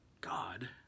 God